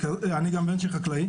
אני גם בן של חקלאי,